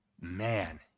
man